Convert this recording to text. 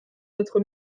notre